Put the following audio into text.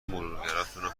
مرورگراتونو